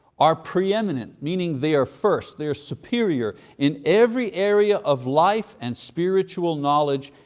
are preeminent. meaning, they are first, they're superior in every area of life and spiritual knowledge,